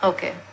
Okay